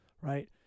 right